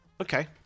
Okay